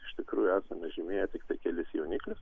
iš tikrųjų esame žymėję tiktai kelis jauniklius